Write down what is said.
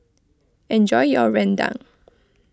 enjoy your Rendang